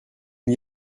n’y